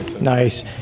Nice